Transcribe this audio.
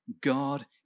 God